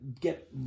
get